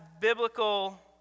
biblical